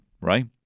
Right